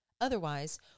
Otherwise